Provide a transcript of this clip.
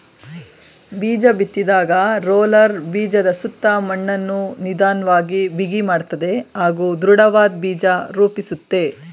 ಬೀಜಬಿತ್ತಿದಾಗ roller ಬೀಜದಸುತ್ತ ಮಣ್ಣನ್ನು ನಿಧನ್ವಾಗಿ ಬಿಗಿಮಾಡ್ತದೆ ಹಾಗೂ ದೃಢವಾದ್ ಬೀಜ ರೂಪಿಸುತ್ತೆ